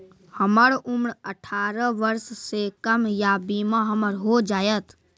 हमर उम्र अठारह वर्ष से कम या बीमा हमर हो जायत?